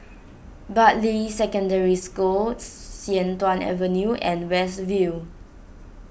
Bartley Secondary School Sian Tuan Avenue and West View